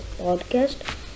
podcast